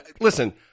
listen